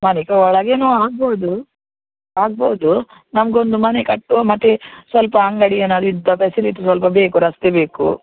ಒಳಗೆನೂ ಆಗ್ಬೋದು ಆಗ್ಬೌದು ನಮಗೊಂದು ಮನೆ ಕಟ್ಟುವ ಮತ್ತೆ ಸ್ವಲ್ಪ ಅಂಗಡಿ ಏನಾದ್ರು ಇದ್ದ ಫೆಸಿಲಿಟಿ ಸ್ವಲ್ಪ ಬೇಕು ರಸ್ತೆ ಬೇಕು